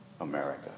America